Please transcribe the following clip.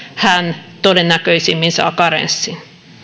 hän todennäköisimmin saa karenssin